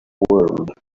world